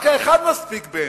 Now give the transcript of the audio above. רק האחת מספיקה בעיני.